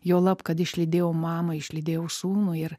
juolab kad išlydėjau mamą išlydėjau sūnų ir